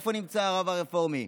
איפה נמצא הרב הרפורמי?